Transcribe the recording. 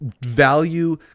value